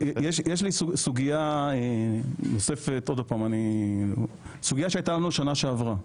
לי סוגיה נוספת, שהייתה לנו בשנה שעברה.